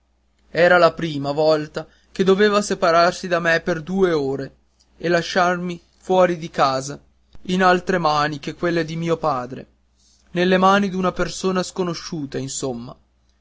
era la prima volta che doveva separarsi da me per due ore e lasciarmi fuori di casa in altre mani che quelle di mio padre nelle mani d'una persona sconosciuta insomma